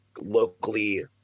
locally